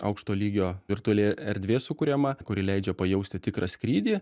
aukšto lygio virtuali erdvė sukuriama kuri leidžia pajausti tikrą skrydį